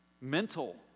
mental